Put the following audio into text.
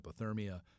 hypothermia